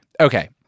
Okay